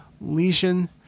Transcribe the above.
lesion